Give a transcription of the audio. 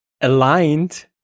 aligned